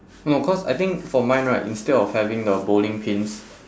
no cause I think for mine right instead of having the bowling pins